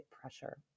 pressure